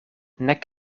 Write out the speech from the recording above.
nek